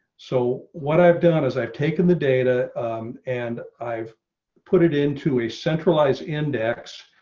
so what i've done is i've taken the data and i've put it into a centralized index,